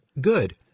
Good